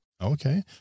Okay